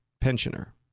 pensioner